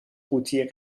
قوطی